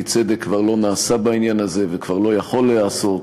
כי צדק כבר לא נעשה בעניין הזה וכבר לא יכול להיעשות.